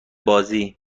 بازی